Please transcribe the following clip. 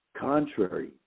contrary